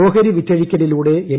ഓഹരി വിറ്റഴിക്കലിലൂടെ എൽ